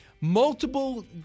Multiple